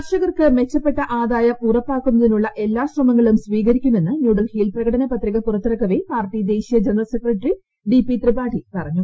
കർഷകർക്ക് മെച്ചപ്പെട്ട ആദായം ഉറപ്പാക്കുന്നതിനുള്ള എല്ലാ ശ്രമങ്ങളും സ്വീകരിക്കുമെന്ന് ന്യൂഡൽഹിയിൽ പ്രകടന പത്രിക പുറത്തിറക്കവേ പാർട്ടി ദേശീയ general secretary D P Tripathi പറഞ്ഞു